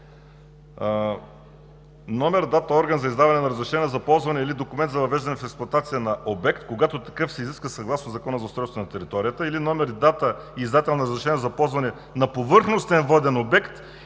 „номер, дата, орган за издаване на разрешение за ползване или документ за въвеждане в експлоатация на обект, когато такъв се изисква, съгласно Закона за устройство на територията или номер, дата, издадено разрешение за ползване на повърхностен воден обект